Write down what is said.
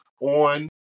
on